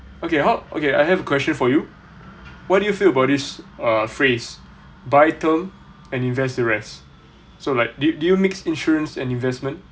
okay how okay I have a question for you what do you feel about this uh phrase buy term and invest the rest so like did you mix insurance and investment